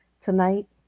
tonight